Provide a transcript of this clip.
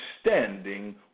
standing